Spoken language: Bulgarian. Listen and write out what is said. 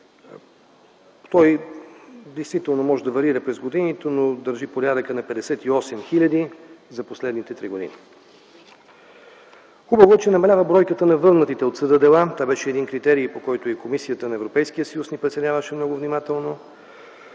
Той действително може да варира през годините, но държи порядъка на 58 хиляди за последните три години. Хубаво е, че намалява бройката на върнатите от съда дела – това беше един критерий, по който и Комисията на Европейския съюз ни преценяваше много внимателно.